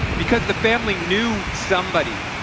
because the family knew somebody,